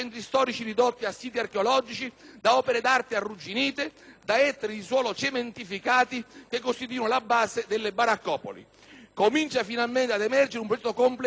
da ettari di suoli cementificati che costituiscono le basi delle baraccopoli. Comincia finalmente ad emergere un progetto complessivo di sviluppo locale che cerca di riannodare i fili